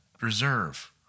reserve